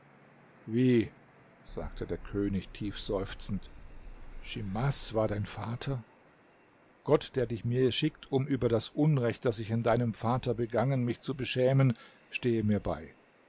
wie sagte der könig tief seufzend schimas war dein vater gott der dich mir schickt um über das unrecht das ich an deinem vater begangen mich zu beschämen stehe mir bei